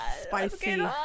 spicy